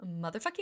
motherfucking